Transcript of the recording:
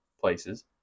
places